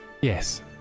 Yes